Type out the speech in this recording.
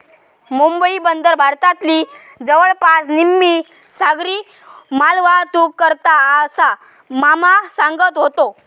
मुंबई बंदर भारतातली जवळपास निम्मी सागरी मालवाहतूक करता, असा मामा सांगत व्हतो